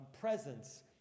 presence